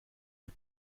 est